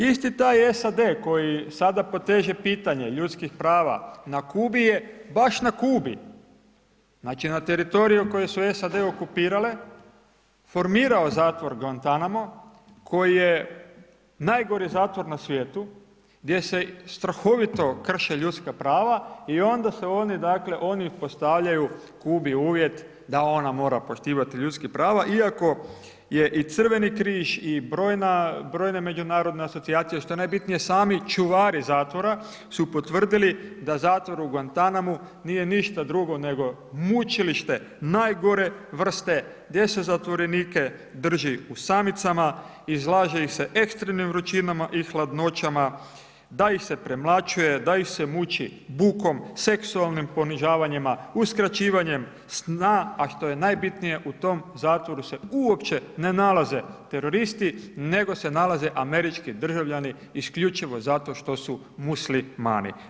Isti taj SAD koji sada poteže pitanje ljudskih prava na Kubi je, baš na Kubi, znači na teritoriju koji su SAD okupirale formirao zatvor Guantanamo koji je najgori zatvor na svijetu, gdje se strahovito krše ljudska prava i onda se oni dakle, oni postavljaju Kubi uvjet da ona mora poštivati ljudska prava iako je i Crveni križ i brojna narodna asocijacija i što je najbitnije sami čuvari zatvora su potvrdili da zatvor u Guantanamu nije ništa drugo nego mučilište najgore vrste gdje se zatvorenike drži u samnicama, izlaže ih se ekstremnim vrućinama i hladnoćama, da ih se premlaćuje, da ih se muči bukom, seksualnim ponižavanjima, uskraćivanjem sna a što je najbitnije u tom zatvoru se uopće ne nalaze teroristi nego se nalaze američki državljani isključivo zato što su Muslimani.